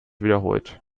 wiederholt